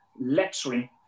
lecturing